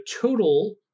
total